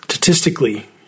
Statistically